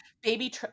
Baby